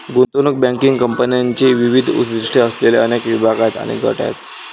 गुंतवणूक बँकिंग कंपन्यांचे विविध उद्दीष्टे असलेले अनेक विभाग आणि गट आहेत